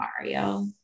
Mario